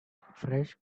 fresh